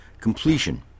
completion